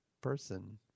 person